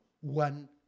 one